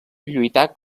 lluitar